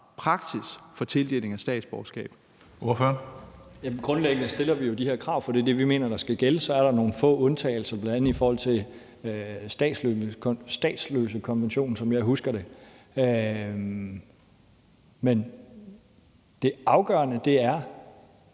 12:42 Torsten Schack Pedersen (V): Grundlæggende stiller vi jo de her krav, for det er det, vi mener skal gælde. Så er der nogle få undtagelser, bl.a. i forhold til statsløsekonventionen, som jeg husker det. Men det afgørende er,